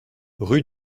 rue